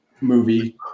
movie